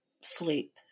sleep